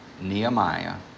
Nehemiah